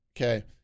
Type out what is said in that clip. okay